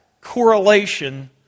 correlation